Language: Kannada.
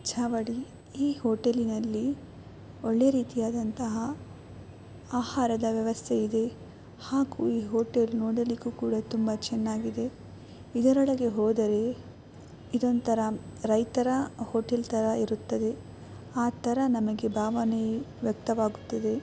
ಚಾವಡಿ ಈ ಹೋಟೆಲಿನಲ್ಲಿ ಒಳ್ಳೆಯ ರೀತಿಯಾದಂತಹ ಆಹಾರದ ವ್ಯವಸ್ಥೆಇದೆ ಹಾಗೂ ಈ ಹೋಟೆಲ್ ನೋಡಲಿಕ್ಕೂ ಕೂಡ ತುಂಬ ಚೆನ್ನಾಗಿದೆ ಇದರೊಳಗೆ ಹೋದರೆ ಇದೊಂಥರಾ ರೈತರ ಹೋಟೆಲ್ ಥರ ಇರುತ್ತದೆ ಆ ಥರ ನಮಗೆ ಭಾವನೆ ವ್ಯಕ್ತವಾಗುತ್ತದೆ